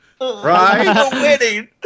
Right